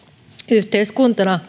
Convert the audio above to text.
yhteiskuntana